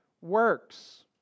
works